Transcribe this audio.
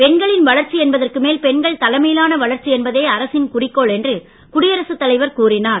பெண்களின் வளர்ச்சி என்பதற்கு மேல் பெண்கள் தலைமையிலான வளர்ச்சி என்பதே அரசின் குறிக்கோள் என்று குடியரசுத் தலைவர் கூறினார்